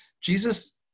Jesus